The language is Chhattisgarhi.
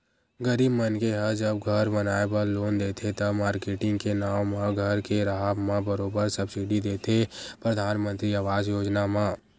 गरीब मनखे ह जब घर बनाए बर लोन देथे त, मारकेटिंग के नांव म घर के राहब म बरोबर सब्सिडी देथे परधानमंतरी आवास योजना म